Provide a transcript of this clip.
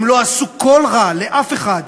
הם לא עשו כל רע לאף אחד.